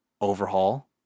Overhaul